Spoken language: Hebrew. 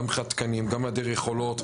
גם מבחינת תקנים וגם מבחינת היעדר יכולות,